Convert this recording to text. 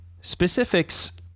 Specifics